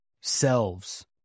selves